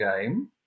game